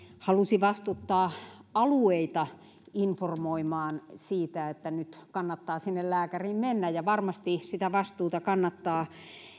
halusi vastuuttaa alueita informoimaan siitä että nyt kannattaa sinne lääkäriin mennä varmasti sitä vastuuta kannattaa